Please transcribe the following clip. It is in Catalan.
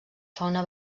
fauna